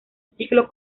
ciclo